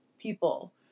people